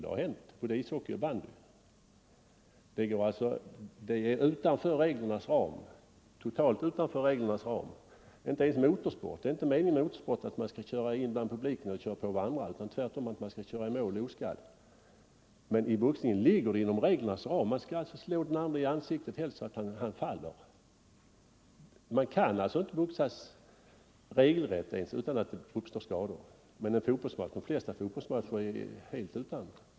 Det har hänt i både ishockey och bandy. Det går totalt utanför reglernas ram. Inte ens i motorsporten är det meningen att man skall köra in bland publiken eller på varandra utan tvärtom att man skall köra i mål oskadd. Men i boxning ingår det i reglerna att slå den andre i ansiktet, helst så att han faller. Man kan alltså inte boxas regelrätt utan att det uppstår skador. Men de flesta fotbollsmatcher förflyter helt utan skador.